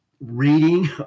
reading